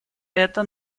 это